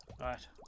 right